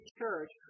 church